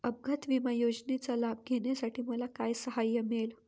अपघात विमा योजनेचा लाभ घेण्यासाठी मला काय सहाय्य मिळेल?